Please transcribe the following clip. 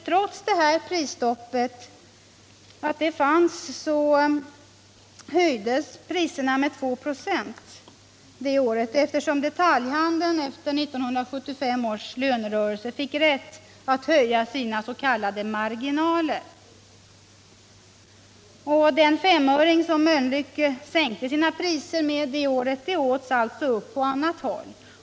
Trots detta prisstopp så höjdes priserna med 2 96 det året, eftersom detaljhandeln efter 1975 års lönerörelse fick rätt att höja sina s.k. marginaler. Den femöring som Mölnlycke sänkte sina priser med åts upp på annat håll.